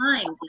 time